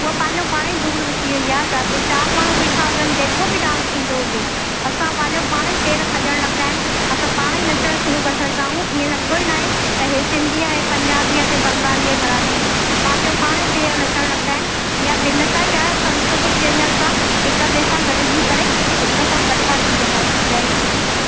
उहो पंहिंजो पाण ई दूरि थी वेंदी आहे जाते चारि माण्हू ॿीठा हुजनि जेको बि डांस थींदो हुजे असां पंहिंजो पाण ई पेर खॼणु लॻंदा आहिनि असां पाण ई नचण शुरू करे छॾंदा आहियूं ईअं लॻंदो ई न आहे त इहो सिंधी आहे इहो पंजाबी आहे त बंगाली आहे मराठी आ पांजो पाण ई पेर नचण लॻंदा आहिनि इय भिन्नता ई आहे संस्कृतिक जंहिंमें असां हिक ॿिए सां गॾजी करे हिक सां कठा थी वेंदा आहियूं जय झूलेलाल